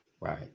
Right